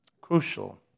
Crucial